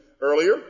earlier